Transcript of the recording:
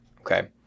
okay